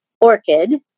Orchid